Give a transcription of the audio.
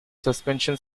suspension